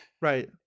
Right